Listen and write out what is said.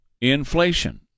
inflation